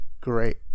great